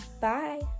Bye